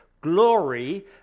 glory